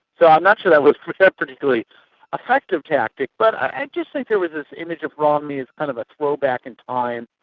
so i'm not sure that was a particularly effective tactic but i just think there was this image of romney as kind of a throwback in time.